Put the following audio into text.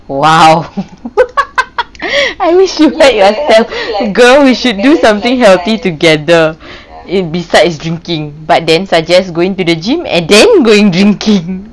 !wow! I wish you heard yourself girl we should do something healthy together besides drinking but then suggest going to the gym and then going drinking